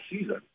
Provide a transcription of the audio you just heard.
season